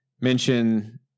mention